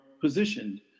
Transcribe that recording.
positioned